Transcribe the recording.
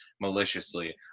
maliciously